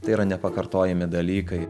tai yra nepakartojami dalykai